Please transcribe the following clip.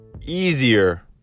easier